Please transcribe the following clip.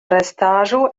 restaĵo